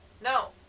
No